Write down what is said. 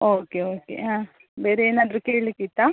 okay okay ಹಾಂ ಬೇರೆ ಏನಾದರೂ ಕೇಳ್ಲಿಕ್ಕಿತ್ತಾ